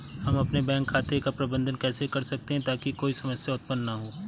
हम अपने बैंक खाते का प्रबंधन कैसे कर सकते हैं ताकि कोई समस्या उत्पन्न न हो?